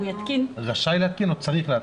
צריך להתקין.